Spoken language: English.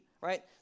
right